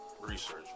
research